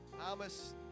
Thomas